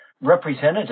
representative